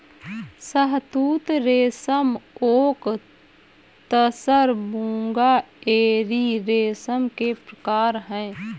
शहतूत रेशम ओक तसर मूंगा एरी रेशम के प्रकार है